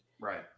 right